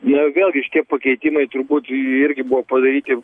na vėl gi šie pakeitimai turbūt irgi buvo padaryti